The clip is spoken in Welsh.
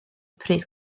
pryd